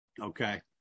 okay